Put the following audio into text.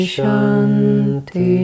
Shanti